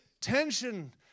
tension